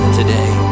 today